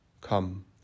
Come